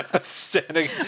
standing